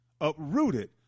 uprooted